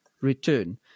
return